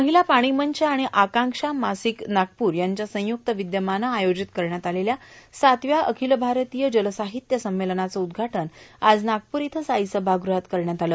महिला पाणी मंच आणि आकांक्षा मासिक नागपूर यांच्या संयुक्त विद्यमानं अयोजित करण्यात आलेल्या सातव्या अखिल भारतीय जलसाहित्य संमेलनाचं उद्घाटन आज नागपूर इथल्या साई सभागृहात करण्यात आलं